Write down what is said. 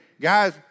guys